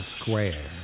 Square